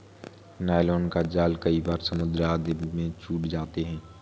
nylon का जाल कई बार समुद्र आदि में छूट जाते हैं